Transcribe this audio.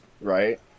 Right